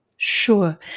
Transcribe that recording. Sure